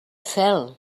cel